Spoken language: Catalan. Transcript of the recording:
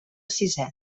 sisè